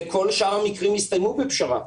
בכל שאר המקרים הסתיימו בפשרה.